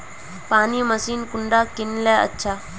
पानी मशीन कुंडा किनले अच्छा?